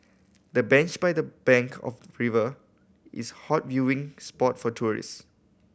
the bench by the bank of river is hot viewing spot for tourist